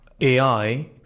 AI